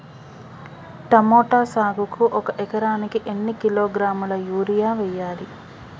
Tomato సాగుకు ఒక ఎకరానికి ఎన్ని కిలోగ్రాముల యూరియా వెయ్యాలి?